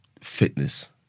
fitness